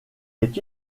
est